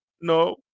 No